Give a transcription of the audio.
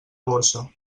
borsa